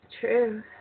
True